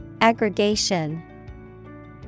Aggregation